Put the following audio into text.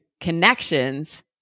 connections